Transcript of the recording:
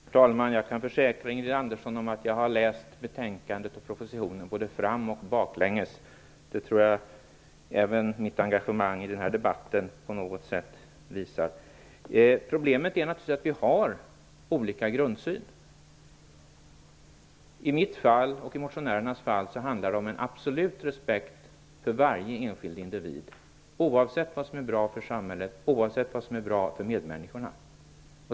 Herr talman! Jag kan försäkra Ingrid Andersson att jag har läst betänkandet och propositionen både fram och baklänges. Det tror jag också att mitt engagemang i den här debatten har visat. Problemet är naturligtvis att vi har olika grundsyn. I mitt och motionärernas fall handlar det om en absolut respekt för varje enskild individ - oavsett vad som är bra för samhället och oavsett vad som är bra för medmänniskorna.